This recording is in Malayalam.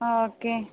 ആ ഓക്കേ